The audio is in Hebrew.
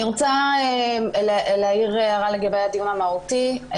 אני רוצה להעיר הערה לגבי הדיון המהותי.